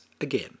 again